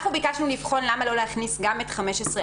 אנחנו ביקשנו לבחון למה לא להכניס גם את 15(א),